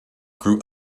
grew